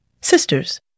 sisters